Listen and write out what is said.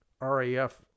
RAF